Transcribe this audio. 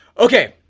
okay,